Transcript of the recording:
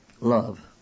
love